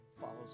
follows